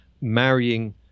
marrying